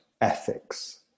ethics